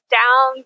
down